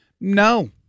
No